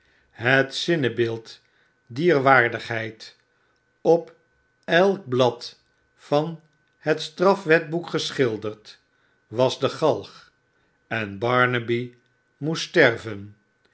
het zinnebeeld dier waardigheid op elk blad van het strafwetboek geschilderd was de galg en barnaby moest sterven